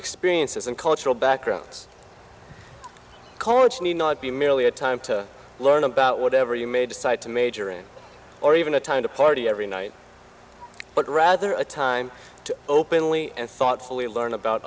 experiences and cultural backgrounds college need not be merely a time to learn about whatever you may decide to major in or even a time to party every night but rather a time to openly and thoughtfully learn about